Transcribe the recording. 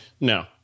No